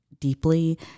deeply